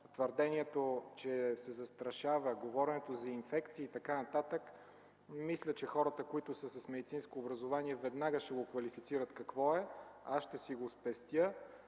Твърдението, че се застрашава – говоренето за инфекции и така нататък – мисля, че хората, които са с медицинско образование, веднага ще квалифицират какво е. Аз ще си го спестя,